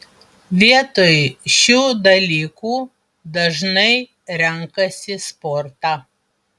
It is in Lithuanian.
vietoj šių dalykų dažnai renkasi sportą